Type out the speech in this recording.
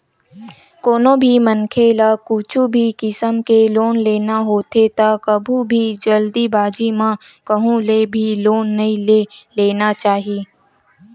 कोनो भी मनखे ल कुछु भी किसम के लोन लेना होथे त कभू भी जल्दीबाजी म कहूँ ले भी लोन नइ ले लेना चाही